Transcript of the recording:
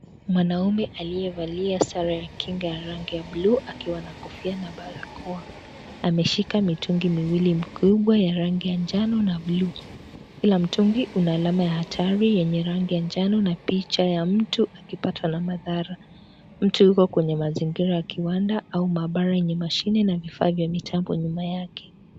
Mwanaume aliyevalia sare ya kinga ya rangi ya buluu akiwa na kofia na barakoa, ameshika mitungi miwili mikubwa ya rangi ya njano na bluu, kila mtungi una alama ya hatari yenye rangi ya njano na picha ya mtu akipatwa na madhara, mtu yuko kwenye mazingira ya kiwanda au maabara yenye mashini na vifaa vya mitambo nyuma yake.